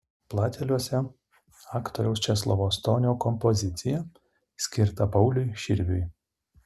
plateliuose aktoriaus česlovo stonio kompozicija skirta pauliui širviui